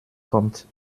kommt